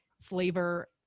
flavor